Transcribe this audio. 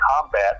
combat